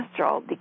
cholesterol